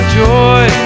joy